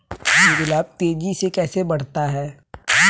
गुलाब तेजी से कैसे बढ़ता है?